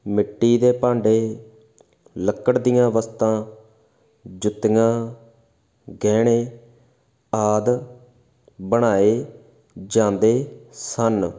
ਮਿੱਟੀ ਦੇ ਭਾਂਡੇ ਲੱਕੜ ਦੀਆਂ ਵਸਤਾਂ ਜੁੱਤੀਆਂ ਗਹਿਣੇ ਆਦਿ ਬਣਾਏ ਜਾਂਦੇ ਸਨ